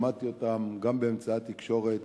שמעתי אותם גם באמצעי התקשורת,